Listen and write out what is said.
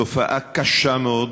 תופעה קשה מאוד